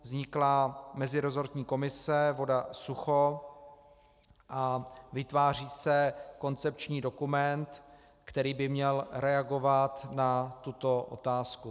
Vznikla meziresortní komise VodaSucho a vytváří se koncepční dokument, který by měl reagovat na tuto otázku.